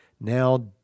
now